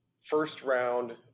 first-round